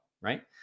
Right